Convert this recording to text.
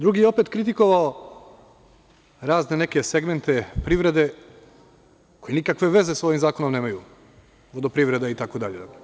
Drugi je opet kritikovao razne neke segmente privrede koji nikakve veze sa ovim zakonom nemaju, vodoprivreda itd.